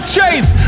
Chase